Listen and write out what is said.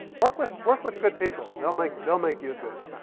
work with work with good people. they'll make they'll make you good.